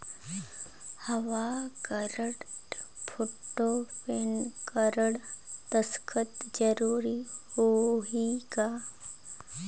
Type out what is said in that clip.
हव card, photo, PAN card, दस्खत जरूरी होही का?